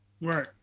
Right